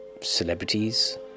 celebrities